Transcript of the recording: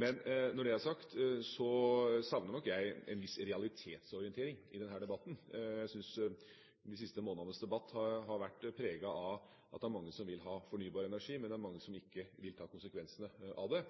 men det er mange som ikke vil ta konsekvensene av det.